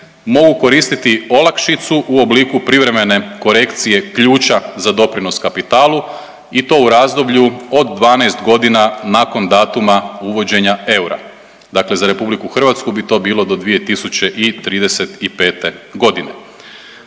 mogu koristiti olakšicu u obliku privremene korekcije ključa za doprinos kapitalu i to u razdoblju od 12 godina nakon datuma uvođenja eura, dakle za RH bi to bilo do 2035.g.